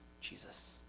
Jesus